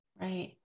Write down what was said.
Right